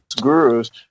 gurus